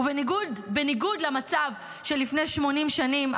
ובניגוד למצב של לפני 80 שנים,